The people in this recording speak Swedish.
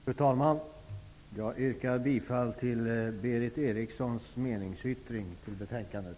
Fru talman! Jag yrkar bifall till Berith Erikssons meningsyttring till betänkandet.